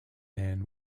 man